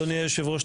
אדוני היושב-ראש,